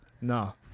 no